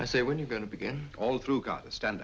i say when you're going to begin all through gotta stand